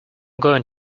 going